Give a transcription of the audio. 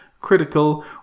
critical